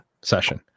session